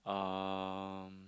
um